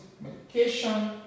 medication